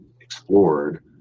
explored